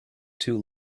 too